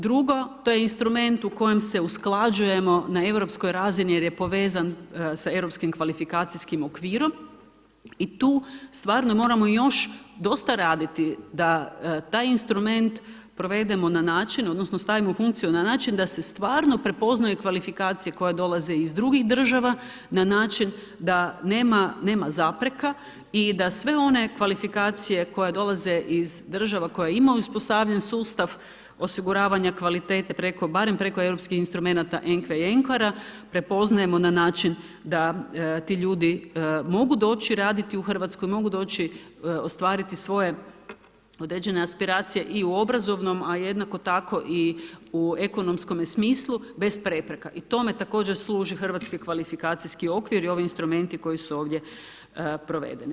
Drugo, to je instrument u kojem se usklađujemo na europskoj razini jer je povezan sa europskim kvalifikacijskim okvirom i tu stvarno moramo još dosta raditi da taj instrument provedemo na način, odnosno stavimo u funkciju na način da se stvarno prepoznaju kvalifikacije koje dolaze iz drugih država na način da nema zapreka i da sve one kvalifikacije koje dolaze iz država koje imaju uspostavljen sustav osiguravanja kvalitete barem preko europskih instrumenata ENKV-e i ENKVAR-a prepoznajemo na način da ti ljudi mogu doći raditi u Hrvatsku i mogu doći ostvariti svoje određene aspiracije i u obrazovnom, a jednako tako i u ekonomskome smislu bez prepreka i tome također služi HKO i ovi instrumenti koji su ovdje provedeni.